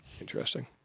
interesting